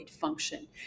function